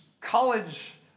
college